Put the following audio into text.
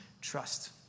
trust